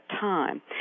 time